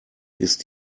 ist